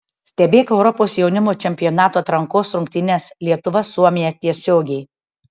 stebėk europos jaunimo čempionato atrankos rungtynes lietuva suomija tiesiogiai